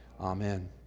Amen